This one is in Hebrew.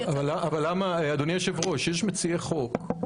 אדוני היושב-ראש, יש מציעי חוק.